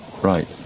right